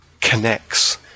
connects